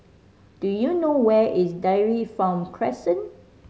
do you know where is Dairy Farm Crescent